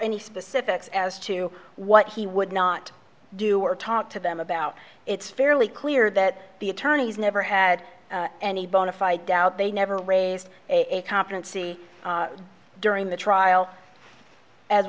any specifics as to what he would not do or talk to them about it's fairly clear that the attorneys never had any bonafide doubt they never raised a competency during the trial as